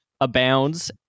abounds